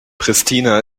pristina